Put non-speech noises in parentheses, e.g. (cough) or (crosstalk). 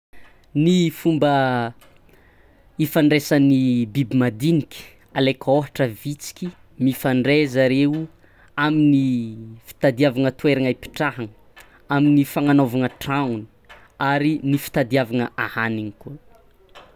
Ny fomba (hesitation) ifandraisan'ny (hesitation) biby madiniky: alaiky ohatra vitsiky, mifandray zareo amin'ny (hesitation) fitadiavagna toairagna ipitrahagana, amin'ny fagnanaovagna tragnony ary ny fitadiavagna ahanigny koa.